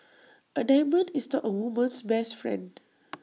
A diamond is not A woman's best friend